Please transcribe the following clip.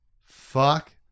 fuck